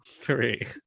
three